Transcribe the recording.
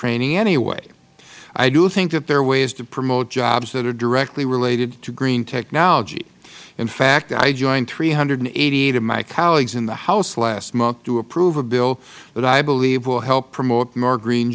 training anyway i do think that there are ways to promote jobs that are directly related to green technology in fact i joined three hundred and eighty eight of my colleagues in the house last month to approve a bill that i believe will help promote more green